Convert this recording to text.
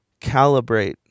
calibrate